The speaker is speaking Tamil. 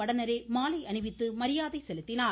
வடனேரே மாலை அணிவித்து மரியாதை செலுத்தினார்